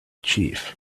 chief